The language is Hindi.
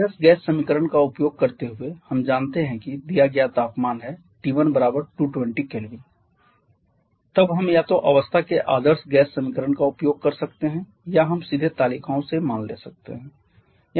आदर्श गैस समीकरण का उपयोग करते हुए हम जानते हैं कि दिया गया तापमान है T1 220 K तब हम या तो अवस्था के आदर्श गैस समीकरण का उपयोग कर सकते हैं या हम सीधे तालिकाओं से मान ले सकते हैं